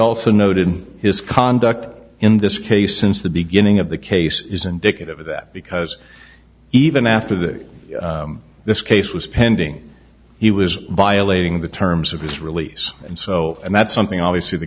also noted his conduct in this case since the beginning of the case is indicative of that because even after that this case was pending he was violating the terms of his release and so and that's something obviously the